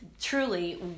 truly